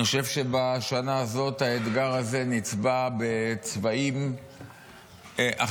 אני חושב שבשנה הזו האתגר הזה נצבע בצבעים אחרים.